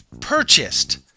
purchased